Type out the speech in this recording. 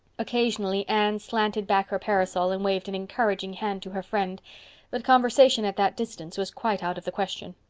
occasionally anne slanted back her parasol and waved an encouraging hand to her friend but conversation at that distance was quite out of the question.